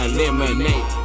Eliminate